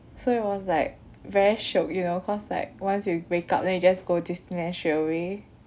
so it was like very shiok you know cause like once you wake up then you just go disneyland straight away